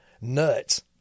nuts